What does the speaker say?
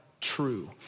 true